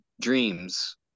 dreams